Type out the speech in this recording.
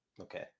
Okay